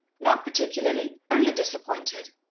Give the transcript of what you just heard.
not particularly. only disappointed.